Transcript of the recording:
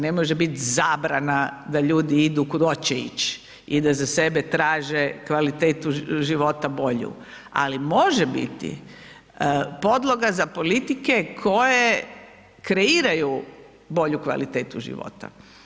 Ne može bit zabrana da ljudi idu kud hoće ići i da za sebe traže kvalitetu života bolju, ali može biti podloga za politike koje kreiraju bolju kvalitetu života.